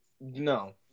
No